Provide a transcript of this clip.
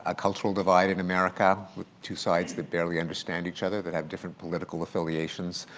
ah cultural divide in america, two sides that barely understand each other that have different political affiliations,